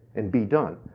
and be done.